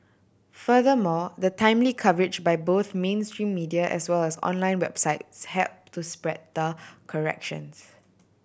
furthermore the timely coverage by both mainstream media as well as online websites help to spread the corrections